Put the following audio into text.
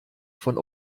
von